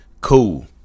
cool